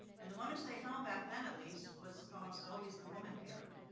and the one who stayed home, back then at least, was almost always the woman parent.